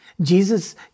Jesus